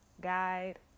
guide